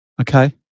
Okay